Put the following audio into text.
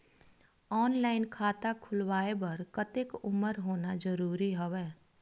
Online खाता खुलवाय बर कतेक उमर होना जरूरी हवय?